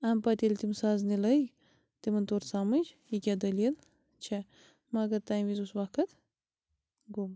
اَمہِ پَتہٕ ییٚلہِ تِم سَزنہِ لٔگۍ تِمَن توٚر سَمٕجھ یہِ کیٛاہ دٔلیٖل چھِ مگر تَمہِ وِزۍ اوس وقت گوٚمُت